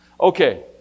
Okay